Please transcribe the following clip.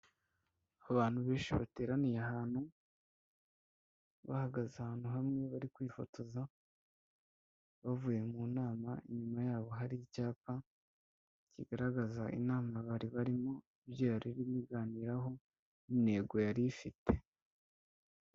Abantu benshi bateraniye ahantu bahagaze ahantu hamwe bari kwifotoza bavuye mu nama, inyuma yabo hari icyapa kigaragaza inama bari barimo ibyo yari irimo iganiraho n'intego yari ifite.